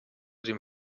dem